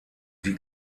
die